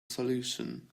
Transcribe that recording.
solution